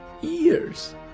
Years